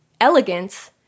elegance